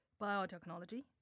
biotechnology